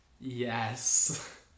Yes